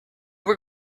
were